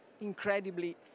incredibly